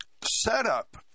setup